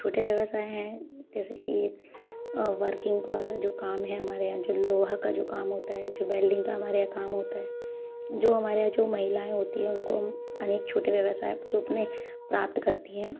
छोटे व्यवसाय हैं जैसे कि वर्किंग वाला जो काम है हमारे यहाँ जो लोहा का जो काम होता है जो वेल्डिंग का हमारे यहाँ काम होता है जो हमारे यहाँ जो महिलाएँ होती हैं उनको अनेक छोटे व्यवसाय जो अपने प्राप्त करती हैं